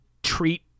Treat